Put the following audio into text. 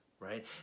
right